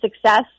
success